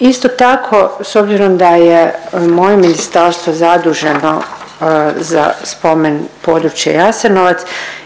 Isto tako s obzirom da je moje ministarstvo zaduženo za Spomen područje Jasenovac